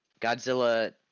Godzilla